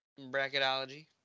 Bracketology